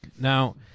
Now